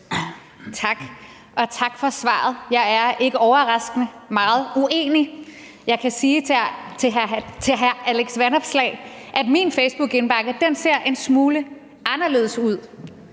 Tak. Og tak for svaret. Jeg er ikke overraskende meget uenig. Jeg kan sige til hr. Alex Vanopslagh, at min facebookindbakke ser en smule anderledes ud.